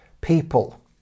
people